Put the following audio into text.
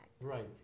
right